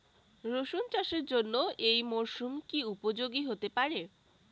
রসুন চাষের জন্য এই মরসুম কি উপযোগী হতে পারে?